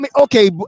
okay